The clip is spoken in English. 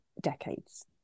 decades